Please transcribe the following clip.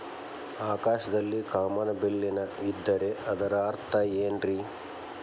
ಆಕಾಶದಲ್ಲಿ ಕಾಮನಬಿಲ್ಲಿನ ಇದ್ದರೆ ಅದರ ಅರ್ಥ ಏನ್ ರಿ?